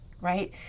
right